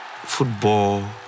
Football